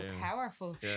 powerful